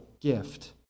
gift